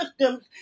systems